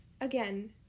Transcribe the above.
again